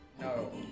No